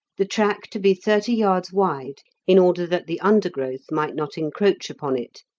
the track to be thirty yards wide in order that the undergrowth might not encroach upon it,